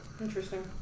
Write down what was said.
Interesting